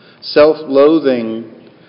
Self-loathing